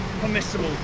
permissible